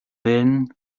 then